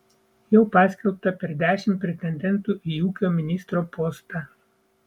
jau paskelbta per dešimt pretendentų į ūkio ministro postą